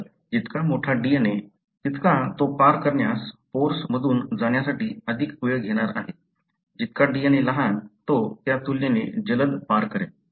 तर जितका मोठा DNA तितका तो पार करण्यास पोर्स मधून जाण्यासाठी अधिक वेळ घेणार आहे जितका DNA लहान तो त्या तुलनेने जलद पार करेल